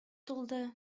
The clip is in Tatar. тулды